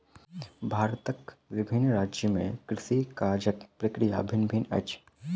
भारतक विभिन्न राज्य में कृषि काजक प्रक्रिया भिन्न भिन्न अछि